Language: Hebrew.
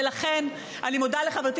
ולכן, אני מודה לחברתי